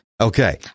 Okay